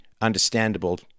understandable